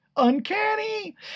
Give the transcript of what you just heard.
uncanny